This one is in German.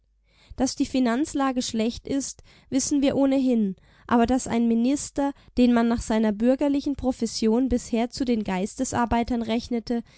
daß die finanzlage schlecht ist wissen wir ohnehin aber daß ein minister den man nach seiner bürgerlichen profession bisher zu den geistesarbeitern rechnete